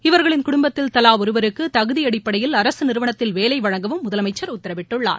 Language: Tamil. இவர்களின் குடும்பத்தில் தவா ஒருவருக்கு தகுதி அடிப்படையில் அரசு நிறுவனத்தில் வேலை வழங்கவும் முதலமைச்சர் உத்தரவிட்டுள்ளார்